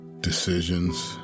Decisions